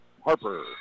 Harper